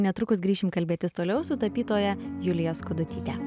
netrukus grįšim kalbėtis toliau su tapytoja julija skudutyte